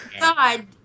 God